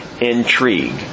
intrigue